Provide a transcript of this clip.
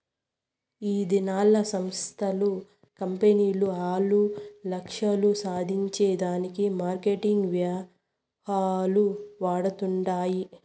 ఈదినాల్ల సంస్థలు, కంపెనీలు ఆల్ల లక్ష్యాలు సాధించే దానికి మార్కెటింగ్ వ్యూహాలు వాడతండాయి